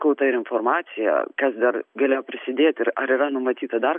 gauta ir informacija kas dar galėjo prisidėti ir ar yra numatyta dar